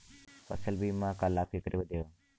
फसल बीमा क लाभ केकरे बदे ह?